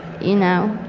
you know.